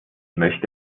möchte